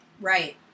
Right